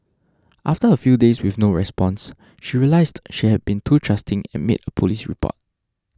after a few days with no response she realised she had been too trusting and made a police report